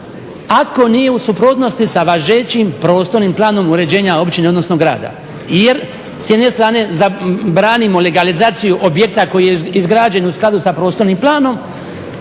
ako nije u suprotnosti sa važećim prostornim planom uređenja općine odnosno grada, jer s jedne strane zabranimo legalizaciju objekta koji je izgrađen u skladu sa prostornim planom,